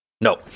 No